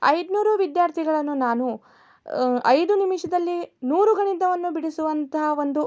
ಐನೂರು ವಿದ್ಯಾರ್ಥಿಗಳನ್ನು ನಾನು ಐದು ನಿಮಿಷದಲ್ಲಿ ನೂರು ಗಣಿತವನ್ನು ಬಿಡಿಸುವಂತಹ ಒಂದು